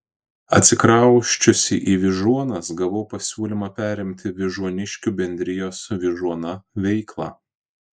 atsikrausčiusi į vyžuonas gavau pasiūlymą perimti vyžuoniškių bendrijos vyžuona veiklą